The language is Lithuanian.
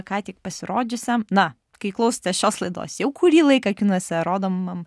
ką tik pasirodžiusiam na kai klausotės šios laidos jau kurį laiką kinuose rodomam